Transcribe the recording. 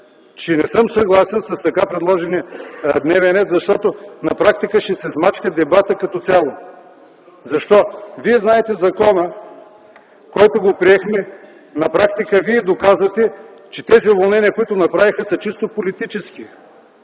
че не съм съгласен с така предложения дневен ред, защото на практика ще се смачка дебатът като цяло. Защо? Вие знаете със закона, който приехме, на практика вие доказвате, че уволненията, които се направиха, са чисто политически